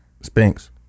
Spinks